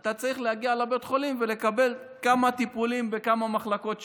אתה צריך להגיע לבית החולים ולקבל כמה טיפולים בכמה מחלקות שונות,